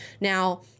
Now